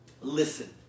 listen